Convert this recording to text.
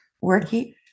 working